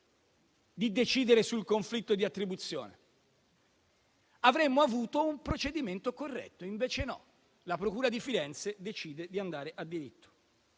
di decidere sul conflitto di attribuzione. Avremmo avuto un procedimento corretto. Invece no: la procura di Firenze decide di andare diritto